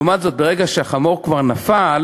לעומת זאת, ברגע שהחמור כבר נפל,